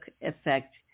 effect